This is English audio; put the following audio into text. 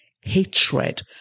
hatred